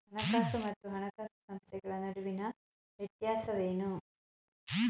ಹಣಕಾಸು ಮತ್ತು ಹಣಕಾಸು ಸಂಸ್ಥೆಗಳ ನಡುವಿನ ವ್ಯತ್ಯಾಸವೇನು?